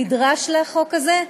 נדרש לחוק הזה,